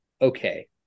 okay